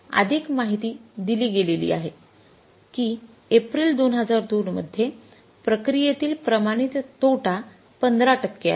तर आता अधिक माहिती दिली गेलेली आहे की एप्रिल २००२ मध्ये प्रक्रियेतील प्रमाणित तोटा १५ टक्के आहे